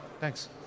thanks